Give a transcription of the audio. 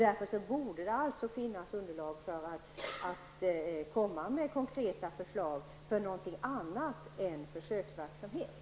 Därför borde det alltså finnas underlag för konkreta förslag för någonting annat än försöksverksamhet.